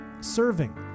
Serving